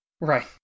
Right